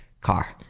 Car